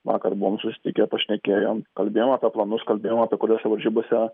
vakar buvom susitikę pašnekėjom kalbėjom apie planus kalbėjom apie kuriose varžybose